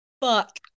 Fuck